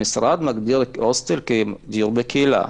המשרד מגדיר הוסטל כדיור בקהילה.